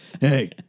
Hey